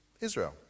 Israel